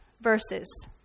verses